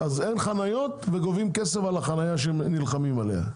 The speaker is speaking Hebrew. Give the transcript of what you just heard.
אז אין חניות וגובים כסף על החנייה שנלחמים עליה.